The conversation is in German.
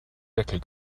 deckel